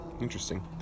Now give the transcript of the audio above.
Interesting